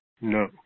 no